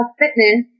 fitness